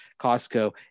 costco